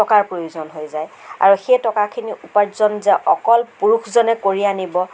টকাৰ প্ৰয়োজন হৈ যায় আৰু সেই টকাখিনি উপাৰ্জন যে অকল পুৰুষজনে কৰি আনিব